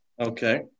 Okay